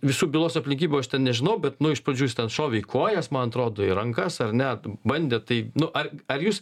visų bylos aplinkybių aš ten nežinau bet nu iš pradžių jis ten šovė į kojas man atrodo į rankas ar ne bandė tai nu ar ar jūs